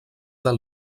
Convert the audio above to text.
del